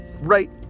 right